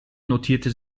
notierte